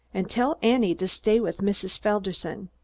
and tell annie to stay with mrs. felderson!